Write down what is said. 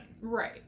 Right